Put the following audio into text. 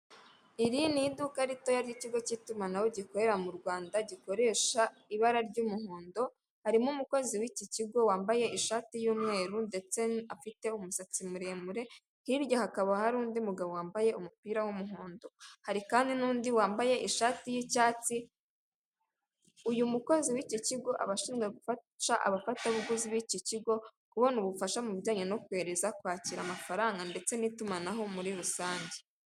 Iri ni iduka ritoya ry'ikigo cy'itumanaho gikorera mu Rwanda gikoresha ibara ry'umuhondo, harimo umukozi w'iki kigo wambaye ishati y'umweru ndetse afite umusatsi muremure, hirya hakaba hari undi mugabo wambaye umupira w'umuhondo, hari kandi n'undi wambaye ishati y'icyatsi, uyu mukozi w'iki kigo aba ashinzwe gufasha abafatabuguzi b'iki kigo kubona ubufasha mu bijyanye no kohereza, kwakira amafaranga ndetse n'itumanaho muri rusange.